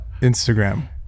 Instagram